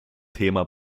thema